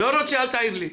לא רוצה, אל תעיר לי.